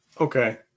okay